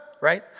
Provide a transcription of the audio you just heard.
right